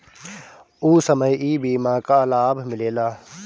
ऊ समय ई बीमा कअ लाभ मिलेला